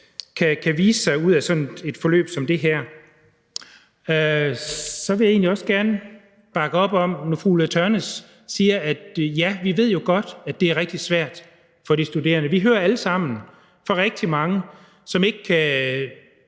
kan vise sig i sådan et forløb som det her. Så vil jeg egentlig også gerne bakke op om det, fru Ulla Tørnæs siger, nemlig at vi jo godt ved, at det er rigtig svært for de studerende. Vi hører alle sammen fra rigtig mange, som ikke